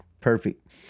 perfect